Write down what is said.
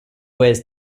wears